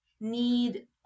need